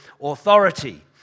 authority